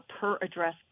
per-address